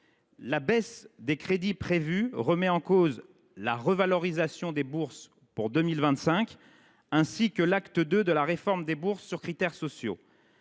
La baisse prévue des crédits remet en cause la revalorisation des bourses pour 2025, ainsi que l’acte II de la réforme des bourses sur critères sociaux.